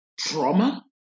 trauma